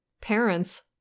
parents